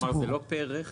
כלומר, זה לא פר רכב?